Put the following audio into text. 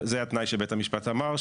זה התנאי שבית המשפט אמר,